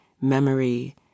memory